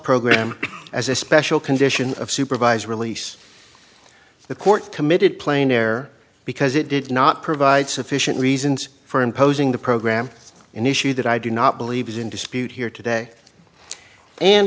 program as a special condition of supervised release the court committed plain air because it did not provide sufficient reasons for imposing the program an issue that i do not believe is in dispute here today and